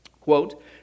Quote